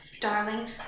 Darling